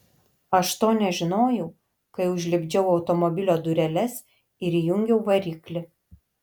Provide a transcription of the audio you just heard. aš to nežinojau kai užlipdžiau automobilio dureles ir įjungiau variklį